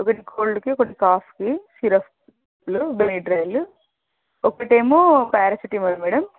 ఒకటి కోల్డ్కి ఒకటి కాఫ్కి సిరప్లు బెనిడ్రాయిల్ ఒకటేమో పారాసిటమాల్ మేడం